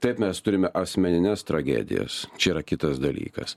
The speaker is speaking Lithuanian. taip mes turime asmenines tragedijas čia yra kitas dalykas